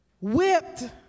whipped